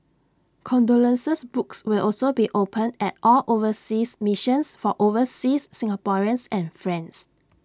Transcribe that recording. condolence books will also be opened at all overseas missions for overseas Singaporeans and friends